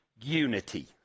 unity